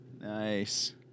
Nice